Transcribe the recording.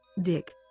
Dick